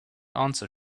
answer